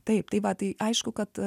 taip tai va tai aišku kad